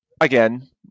again